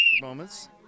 moments